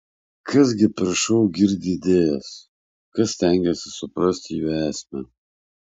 kas gi per šou girdi idėjas kas stengiasi suprasti jų esmę